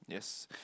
yes